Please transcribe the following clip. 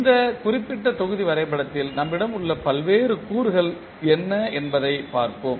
இந்த குறிப்பிட்ட தொகுதி வரைபடத்தில் நம்மிடம் உள்ள பல்வேறு கூறுகள் என்ன என்பதைப் பார்ப்போம்